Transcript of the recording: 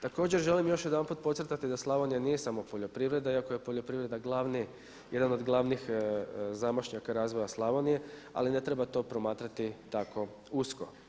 Također želim još jedanput podcrtati da Slavonija nije samo poljoprivreda iako je poljoprivreda jedan od glavnih zamašnjaka razvoja Slavonije, ali ne treba to promatrati tako usko.